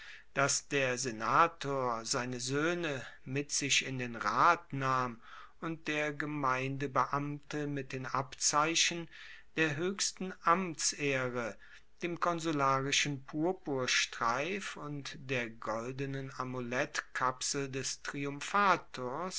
dass der senator seine soehne mit sich in den rat nahm und der gemeindebeamte mit den abzeichen der hoechsten amtsehre dem konsularischen purpurstreif und der goldenen amulettkapsel des